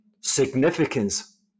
significance